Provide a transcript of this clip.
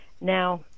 now